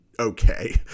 okay